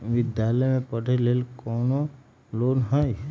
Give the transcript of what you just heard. विद्यालय में पढ़े लेल कौनो लोन हई?